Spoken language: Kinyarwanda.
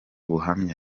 buhamya